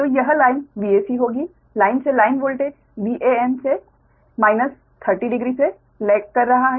तो यह line Vac होगी लाइन से लाइन वोल्टेज Van से माइनस 30 डिग्री से लेग कर रहा है